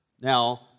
Now